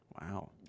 Wow